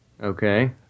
okay